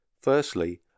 Firstly